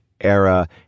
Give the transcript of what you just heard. era